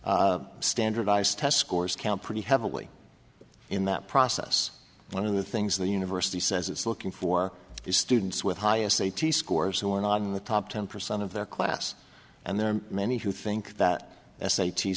it standardized test scores count pretty heavily in that process one of the things the university says it's looking for is students with highest eighty scores who are not in the top ten percent of their class and there are many who think that s